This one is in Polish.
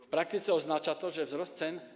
W praktyce oznacza to, że wzrost cen.